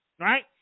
right